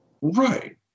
Right